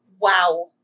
Wow